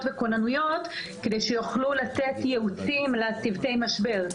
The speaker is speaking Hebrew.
וכוננויות כדי שיוכלו לתת ייעוצים לצוותי המשבר,